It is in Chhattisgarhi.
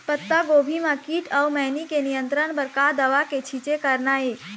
पत्तागोभी म कीट अऊ मैनी के नियंत्रण बर का दवा के छींचे करना ये?